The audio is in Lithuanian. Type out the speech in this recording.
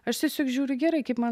aš tiesiog žiūriu gerai kaip man